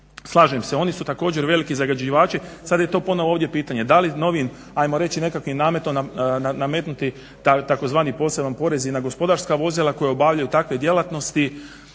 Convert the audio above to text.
slažem se, oni su također veliki zagađivači, sada je to ponovno ovdje pitanje, da li novim ajmo reći nekakvim nametom nametnuti tzv. poseban porez i na gospodarska vozila koja obavljaju takve djelatnosti